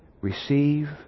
receive